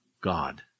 God